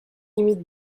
limite